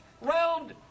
round